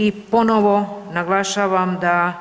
I ponovo naglašavam da